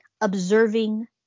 observing